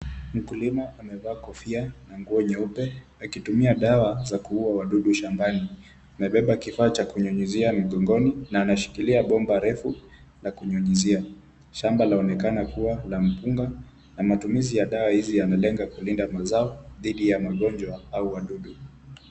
Mkulima amevaa kofia na nguo nyeupe, akitumia dawa za kuua wadudu shambani. Amebeba kifaa cha kunyunyizia mgongoni na anashikilia bomba refu la kunyunyuzia. Shamba laonekana kuwa la mpunga, na matumizi ya dawa hizi yanalenga kulinda mazao dhidi ya magonjwa au wadudu.